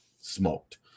smoked